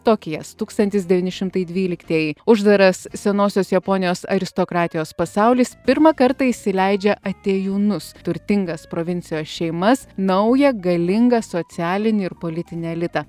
tokijas tūkstantis devyni šimtai dvyliktieji uždaras senosios japonijos aristokratijos pasaulis pirmą kartą įsileidžia atėjūnus turtingas provincijos šeimas naują galingą socialinį ir politinį elitą